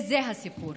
זה, זה הסיפור.